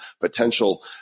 potential